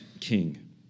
king